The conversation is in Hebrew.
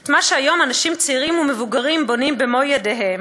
את מה שהיום אנשים צעירים ומבוגרים בונים במו-ידיהם,